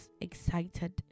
excited